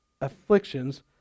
afflictions